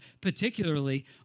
particularly